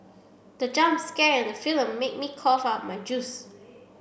the jump scare in the film made me cough out my juice